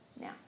now